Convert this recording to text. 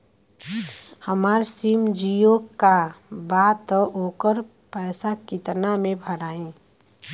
हमार sim Jio का बा त ओकर पैसा कितना मे भराई?